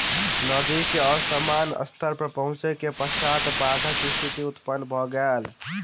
नदी के असामान्य स्तर पर पहुँचै के पश्चात बाइढ़क स्थिति उत्पन्न भ गेल